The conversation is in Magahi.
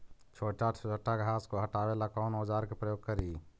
छोटा छोटा घास को हटाबे ला कौन औजार के प्रयोग करि?